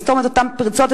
לסתום את אותן פרצות,